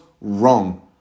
wrong